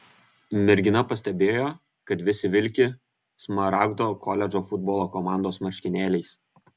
mergina pastebėjo kad visi vilki smaragdo koledžo futbolo komandos marškinėliais